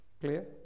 Clear